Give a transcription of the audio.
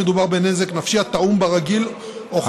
מדובר בנזק נפשי הטעון ברגיל הוכחה בחוות דעת רפואית.